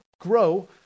grow